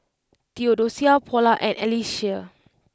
Theodocia Paula and Alysia